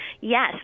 Yes